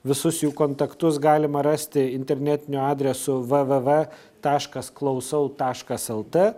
visus jų kontaktus galima rasti internetiniu adresu v v v taškas klausau taškas lt